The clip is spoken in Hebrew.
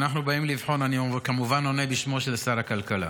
אני כמובן עונה בשמו של שר הכלכלה.